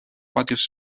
patios